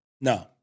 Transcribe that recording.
No